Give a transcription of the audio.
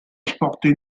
exportée